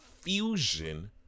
fusion